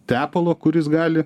tepalo kuris gali